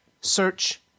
search